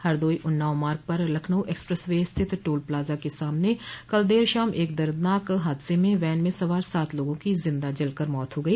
हरदोई उन्नाव मार्ग पर Lucknow expressway स्थित टोल प्लाजा के सामने कल देर शाम एक दर्दनाक हादसे में वैन में सवार सात लोगों की जिन्दा जलकर मौत हो गई